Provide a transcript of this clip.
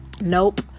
nope